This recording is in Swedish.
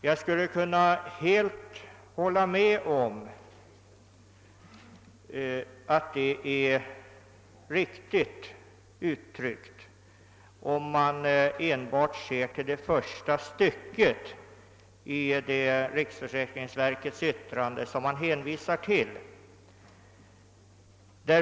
Jag skulle helt kunna hålla med om att det är riktigt uttryckt, om man enbart ser till det första stycket i det yttrande från riksförsäkringsverket som utskottet hänvisar till.